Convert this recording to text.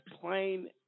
plain